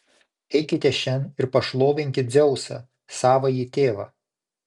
eikite šen ir pašlovinkit dzeusą savąjį tėvą